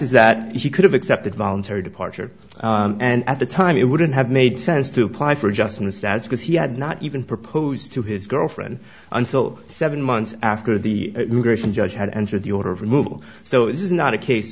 is that she could have accepted voluntary departure and at the time it wouldn't have made sense to apply for adjustments as because he had not even proposed to his girlfriend until seven months after the judge had entered the order of removal so this is not a case